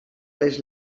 les